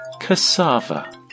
cassava